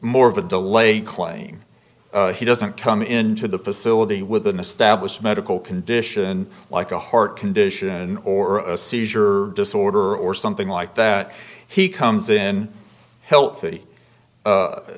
more of a delay claiming he doesn't come into the facility with an established medical condition like a heart condition or a seizure disorder or something like that he comes in healthy